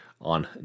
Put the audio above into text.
on